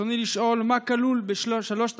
רצוני לשאול: 1. מה כלול בשלוש התוכניות?